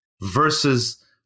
versus